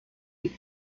die